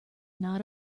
not